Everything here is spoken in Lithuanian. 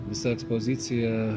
visa ekspozicija